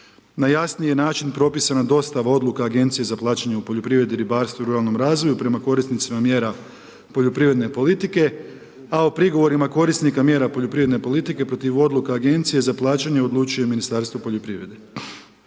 Na jasniji je način propisana dostava odluka Agenciji za plaćanje u poljoprivredi, ribarstvu i ruralnom razvoju prema korisnicima mjera poljoprivredne politike, a o prigovorima korisnika mjera poljoprivredne politike protiv odluka Agencije za plaćanje odlučuje Ministarstvo poljoprivrede.